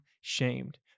shamed